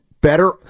better